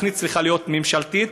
התוכנית צריכה להיות ממשלתית,